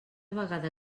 vegada